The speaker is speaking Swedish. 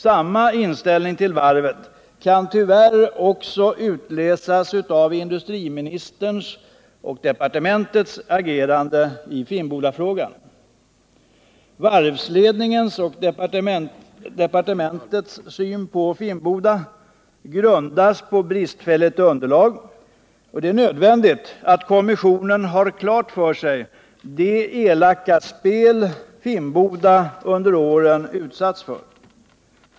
Samma inställning till varvet kan tyvärr också utläsas av industriministerns och departementets agerande i Finnbodafrågan. Varvsledningens och departementets syn på Finnboda grundas på ett bristfälligt underlag, och det är nödvändigt att kommissionen har klart för sig det elaka spel som under åren bedrivits i Finnbodafrågan.